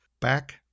back